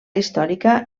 històrica